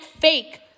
fake